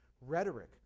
rhetoric